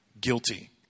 guilty